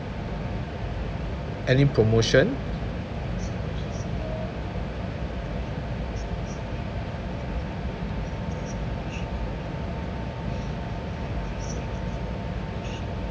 any promotion